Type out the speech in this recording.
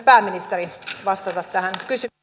pääministeri vastata tähän